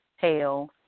pale